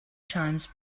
times